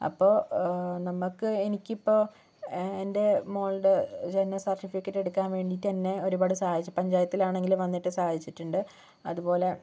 അപ്പോൾ നമ്മൾക്ക് എനിക്കിപ്പോൾ എൻ്റെ മോളുടെ ജനന സർട്ടിഫിക്കറ്റെടുക്കൻ വേണ്ടിയിട്ട് എന്നെ ഒരുപാട് സഹായിച്ചു പഞ്ചായത്തിലാണെങ്കിലും വന്നിട്ട് സഹായിച്ചിട്ടുണ്ട് അതുപോലെ